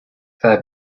their